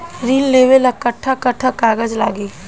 ऋण लेवेला कट्ठा कट्ठा कागज लागी?